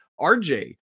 RJ